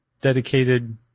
dedicated